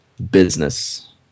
business